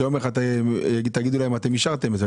שיום אחד תגידו להם אתם אישרתם את זה,